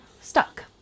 stuck